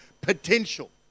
potential